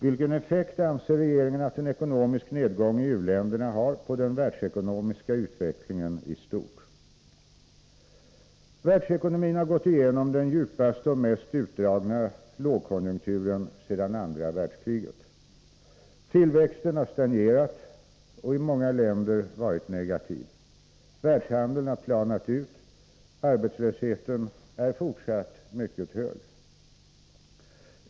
Vilken effekt anser regeringen att en ekonomisk nedgång i u-länderna har på den världsekonomiska utvecklingen i stort? Världsekonomin har gått igenom den djupaste och mest utdragna lågkonjunkturen sedan andra världskriget. Tillväxten har stagnerat och i många länder varit negativ. Världshandeln har planat ut. Arbetslösheten är fortsatt mycket hög.